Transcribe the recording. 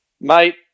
mate